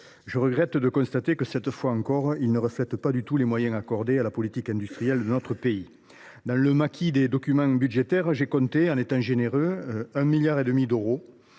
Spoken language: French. le regret de constater qu’ils ne reflètent pas du tout les moyens accordés à la politique industrielle de notre pays. Dans le maquis des documents budgétaires, j’ai compté, en étant généreux, 1,5 milliard d’euros.